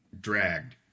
dragged